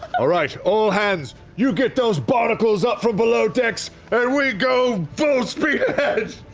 all right, all hands, you get those barnacles up from below decks, and we go full speed ahead!